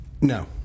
no